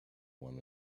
one